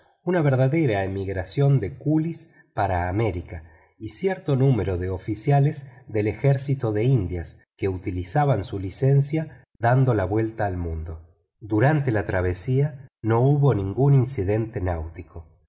una verdadera emigración de coolíes para américa y cierto número de oficiales del ejército de indias que utilizaban su licencia dando la vuelta al mundo durante la travesía no hubo ningún incidente náutico